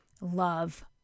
love